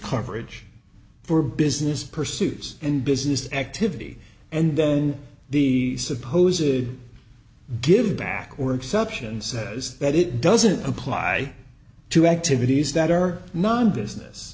coverage for business pursues and business activity and then the supposes give back or exception says that it doesn't apply to activities that are non business